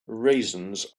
raisins